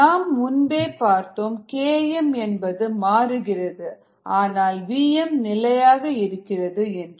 நாம் முன்பே பார்த்தோம் Kmஎன்பது மாறுகிறது ஆனால் vm நிலையாக இருக்கிறது என்று